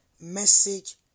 Message